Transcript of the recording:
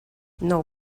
nou